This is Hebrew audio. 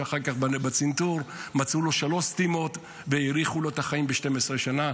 אחר כך בצנתור מצאו לו שלוש סתימות והאריכו לו את החיים ב-12 שנה.